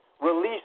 Release